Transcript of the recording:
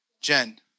Jen